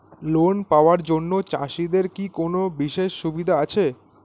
Loan পাওয়ার জন্য চাষিদের কি কোনো বিশেষ সুবিধা আছে?